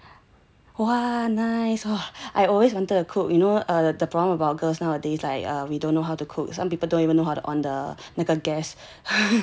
!wah! nice hor I always wanted to cook you know the problem of our girls nowadays they are we don't know how to cook some people don't even know how to on the 那个 gas